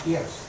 Yes